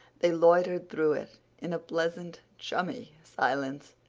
they loitered through it in a pleasant chummy silence,